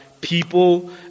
people